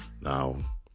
Now